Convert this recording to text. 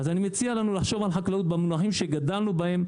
אז אני מציע לנו לחשוב על חקלאות במונחים שגדלנו עליהם,